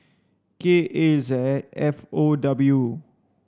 K A Z F O W